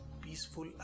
peaceful